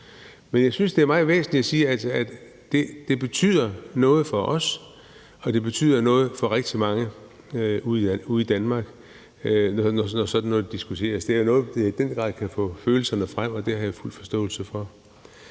Men jeg synes, at det er meget væsentligt at sige, at det betyder noget for os, og at det betyder noget for rigtig mange ude i Danmark, når sådan noget diskuteres. Det er noget, der i den grad kan få følelserne frem, og det har jeg fuld forståelse for.